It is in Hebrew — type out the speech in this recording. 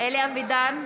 אלי אבידר,